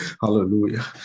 hallelujah